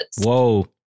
Whoa